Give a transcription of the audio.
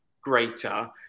greater